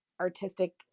artistic